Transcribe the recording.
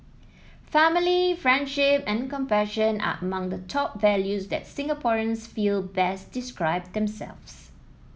family friendship and compassion are among the top values that Singaporeans feel best describe themselves